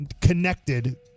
connected